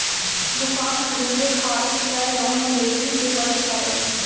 दुकान खरीदे खारित तअ लोन लेवही के पड़त हवे